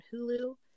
Hulu